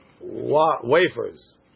wafers